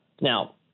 now